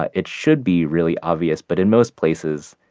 ah it should be really obvious, but in most places,